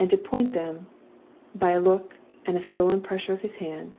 and to point them by a look and a stolen pressure of his hand,